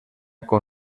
con